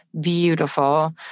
Beautiful